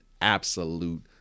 absolute